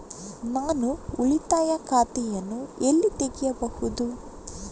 ನಾನು ಉಳಿತಾಯ ಖಾತೆಯನ್ನು ಎಲ್ಲಿ ತೆಗೆಯಬಹುದು?